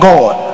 God